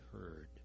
heard